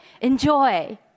Enjoy